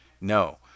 no